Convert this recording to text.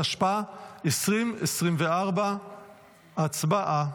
התשפ"ה 2024. הצבעה.